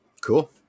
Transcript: cool